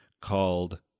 called